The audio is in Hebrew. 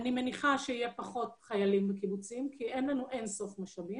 אני מניחה שיהיו פחות חיילים בקיבוצים כי אין לנו אין-סוף משאבים.